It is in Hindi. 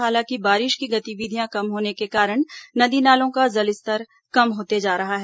हालांकि बारिश की गतिविधियां कम होने के कारण नदी नालों का जलस्तर कम होते जा रहा है